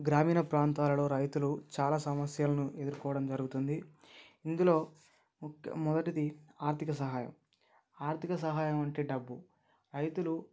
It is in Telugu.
గ్రామీణ ప్రాంతాలలో రైతులు చాలా సమస్యలను ఎదుర్కోవడం జరుగుతుంది ఇందులో మొదటిది ఆర్థిక సహాయం ఆర్థిక సహాయం అంటే డబ్బు రైతులు